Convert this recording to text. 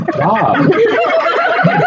job